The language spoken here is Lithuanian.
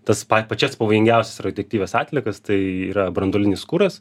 tas pai pačias pavojingiausias radioaktyvias atliekas tai yra branduolinis kuras